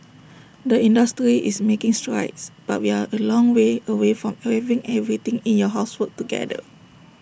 the industry is making strides but we are A long way away from having everything in your house work together